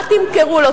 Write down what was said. מה תמכרו לו?